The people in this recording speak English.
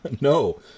No